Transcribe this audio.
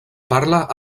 parla